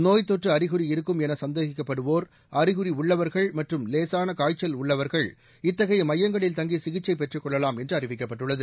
நோய்த் தொற்று அறிகுறி இருக்கும் என சந்தேகிக்கப்படுவோர் அறிகுறி உள்ளவர்கள் மற்றும் லேசான காய்ச்சல் உள்ளவர்கள் இத்தகைய மையங்களில் தங்கி சிகிச்சை பெற்றுக் கொள்ளலாம் என்று அறிவிக்கப்பட்டுள்ளது